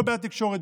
כל בעיית תקשורת,